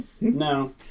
No